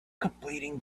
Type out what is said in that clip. completing